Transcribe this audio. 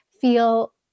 feel